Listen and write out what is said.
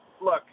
look